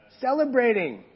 celebrating